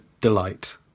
delight